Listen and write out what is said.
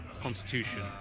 constitution